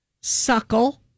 suckle